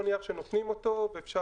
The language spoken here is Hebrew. לקחת מתחם או אזור